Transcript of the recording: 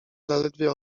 zaledwie